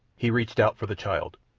he reached out for the child.